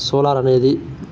solar అనేది